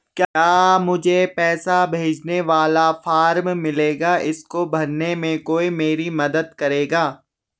क्या मुझे पैसे भेजने वाला फॉर्म मिलेगा इसको भरने में कोई मेरी मदद करेगा?